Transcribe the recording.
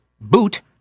Boot